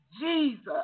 Jesus